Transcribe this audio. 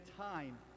time